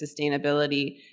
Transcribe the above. sustainability